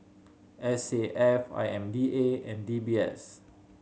S A F I M D A and D B S